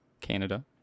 Canada